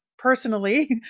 personally